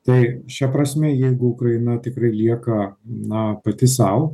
tai šia prasme jeigu ukraina tikrai lieka na pati sau